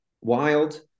wild